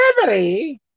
liberty